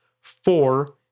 Four